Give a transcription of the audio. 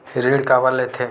ऋण काबर लेथे?